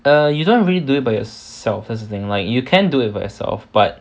err you don't really do it by yourself that's the thing like you can do it by yourself but